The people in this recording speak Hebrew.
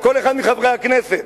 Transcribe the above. כל אחד מחברי הכנסת,